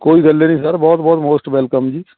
ਕੋਈ ਗੱਲ ਏ ਨਹੀਂ ਸਰ ਬਹੁਤ ਬਹੁਤ ਮੋਸਟ ਵੈਲਕਮ ਜੀ